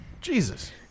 jesus